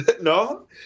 No